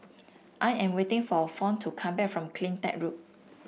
I am waiting for Fawn to come back from CleanTech Loop